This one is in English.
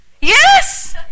yes